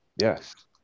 Yes